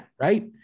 right